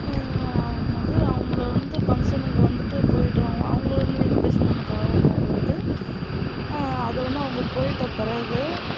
ஆகும் போது அவங்கள வந்து பங்க்ஷனுக்கு வந்துவிட்டு போய்விட்டு அவ் அவங்கலேருந்து இன்ஃபெக்ஷன் நமக்கு ஆகும் போவாது அது வந்து அவங்க போய்விட்ட பிறகு